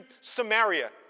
Samaria